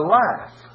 life